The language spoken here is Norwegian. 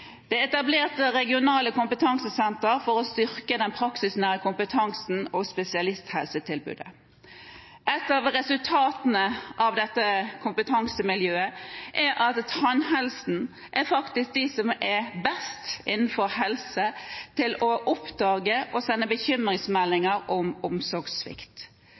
Det er etablert regionale kompetansesentre for å styrke den praksisnære kompetansen og spesialisthelsetilbudet. Et av resultatene av dette kompetansemiljøet er at tannhelsemiljøet faktisk er dem innenfor helse som er best til å oppdage og sende bekymringsmeldinger om omsorgssvikt.